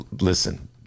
Listen